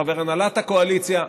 חבר הנהלת הקואליציה,